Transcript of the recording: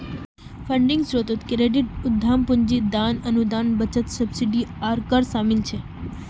funding स्रोतोत credit, उद्दाम पूंजी, दान, अनुदान, बचत, सब्सिडी आर कर शामिल छे